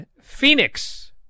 Phoenix